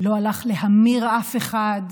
לא הלך להמיר אף אחד,